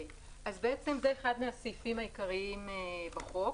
זה אחד מהסעיפים העיקריים בחוק.